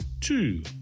Two